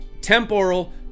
temporal